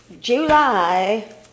July